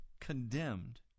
condemned